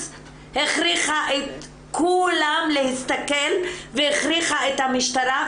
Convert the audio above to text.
הכריחה את כולם להסתכל והכריחה את המשטרה,